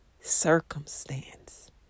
circumstance